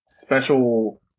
special